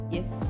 Yes